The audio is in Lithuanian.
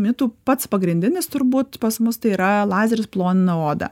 mitų pats pagrindinis turbūt pas mus tai yra lazeris plonina odą